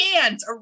hands